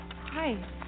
Hi